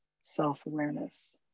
self-awareness